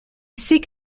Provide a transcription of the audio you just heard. seek